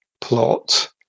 plot